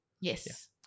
Yes